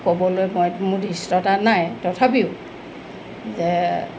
ক'বলৈ মই মোৰ ধৃষ্টতা নাই তথাপিও যে